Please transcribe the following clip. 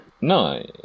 No